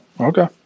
Okay